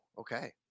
Okay